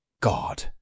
God